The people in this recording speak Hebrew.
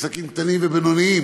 עסקים קטנים ובינוניים,